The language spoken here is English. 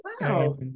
Wow